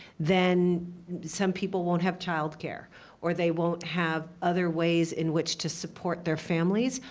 then some people won't have childcare or they won't have other ways in which to support their families,